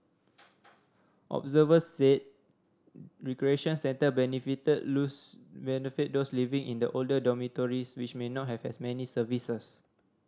observer said recreation centre benefit lose benefit those living in the older dormitories which may not have as many services